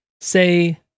Say